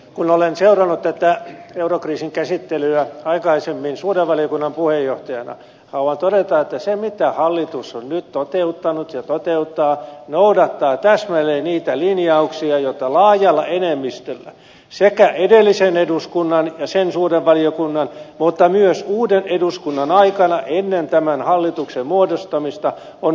kun olen seurannut tätä eurokriisin käsittelyä aikaisemmin suuren valiokunnan puheenjohtajana haluan todeta että se mitä hallitus on nyt toteuttanut ja toteuttaa noudattaa täsmälleen niitä linjauksia joita laajalla enemmistöllä sekä edellisen eduskunnan ja sen suuren valiokunnan mutta myös uuden eduskunnan aikana ennen tämän hallituksen muodostamista on linjattu